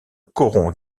coron